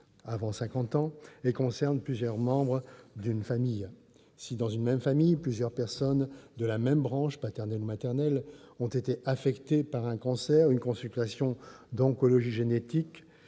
cinquante ans, et concernent plusieurs membres d'une famille. Si, dans une même famille, plusieurs personnes de la même branche, paternelle ou maternelle, ont été affectées par un cancer, une consultation oncogénétique